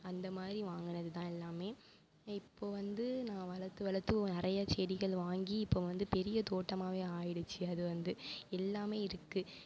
அந்தமாதிரி வாங்குனதுதான் எல்லாமே இப்போ வந்து நான் வளர்த்து வளத்து நிறையா செடிகள் வாங்கி இப்போ வந்து பெரிய தோட்டமாகவே ஆயிடுச்சு அது வந்து எல்லாமே இருக்கு